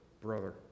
brother